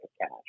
cash